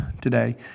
today